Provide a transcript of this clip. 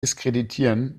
diskreditieren